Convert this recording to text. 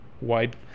wide